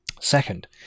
Second